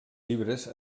llibres